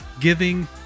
giving